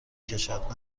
کشد